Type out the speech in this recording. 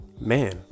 man